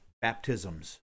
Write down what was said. baptisms